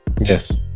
Yes